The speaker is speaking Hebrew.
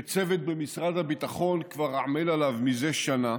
שצוות במשרד הביטחון כבר עמל עליו מזה שנה,